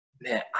Man